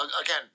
again